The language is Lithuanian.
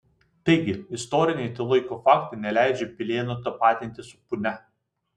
taigi istoriniai to laiko faktai neleidžia pilėnų tapatinti su punia